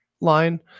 line